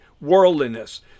worldliness